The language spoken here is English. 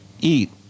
eat